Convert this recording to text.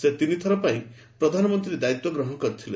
ସେ ତିନିଥର ପାଇଁ ପ୍ରଧାନମନ୍ତ୍ରୀ ଦାୟିତ୍ୱ ଗ୍ରହଣ କରିଥିଲେ